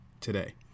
today